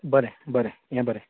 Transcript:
बरें बरें ये बरें